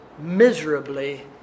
miserably